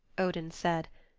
odin said,